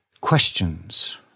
Questions